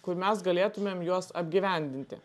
kur mes galėtumėm juos apgyvendinti